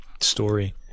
story